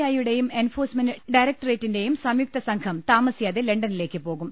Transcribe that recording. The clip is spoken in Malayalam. ഐ യുടെയും എൻഫോഴ്സ് മെന്റ് ഡയറക്ടറേറ്റിന്റെയും സംയുക്ത സംഘം താമസിയാതെ ലണ്ടനിലേയ്ക്ക് പോകും